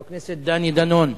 חבר הכנסת דני דנון,